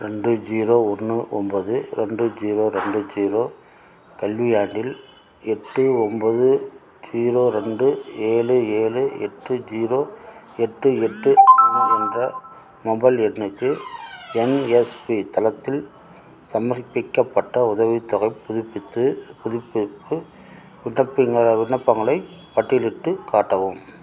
ரெண்டு ஜீரோ ஒன்று ஒம்போது ரெண்டு ஜீரோ ரெண்டு ஜீரோ கல்வியாண்டில் எட்டு ஒம்போது ஜீரோ ரெண்டு ஏழு ஏழு எட்டு ஜீரோ எட்டு எட்டு மூணு என்ற மொபைல் எண்ணுக்கு என்எஸ்பி தளத்தில் சமர்ப்பிக்கப்பட்ட உதவித்தொகைப் புதுப்பித்து புதுப்பிப்பு விண்ணப்பங்களைப் பட்டியலிட்டுக் காட்டவும்